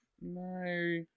No